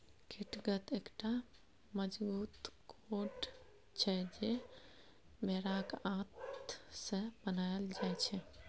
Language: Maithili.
कैटगत एकटा मजगूत कोर्ड छै जे भेराक आंत सँ बनाएल जाइ छै